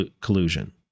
collusion